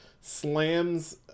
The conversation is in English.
slams